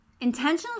intentional